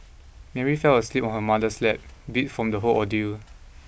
Mary fell asleep on her mother's lap beat from the whole ordeal